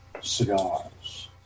cigars